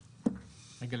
רגע,